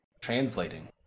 translating